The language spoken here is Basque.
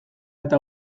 eta